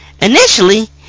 Initially